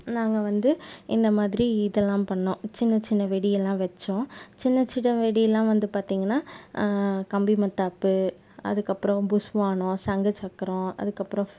நாங்கள் வந்து இந்த மாதிரி இதெலாம் பண்ணுணோம் சின்ன சின்ன வெடியெலாம் வச்சோம் சின்ன சின்ன வெடியெலாம் வந்து பார்த்திங்கனா கம்பி மத்தாப்பு அதுக்கப்பறம் புஸ்வானம் சங்கு சக்கரம் அதுக்கப்பறம்